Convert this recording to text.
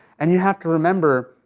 and you have to remember,